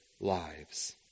lives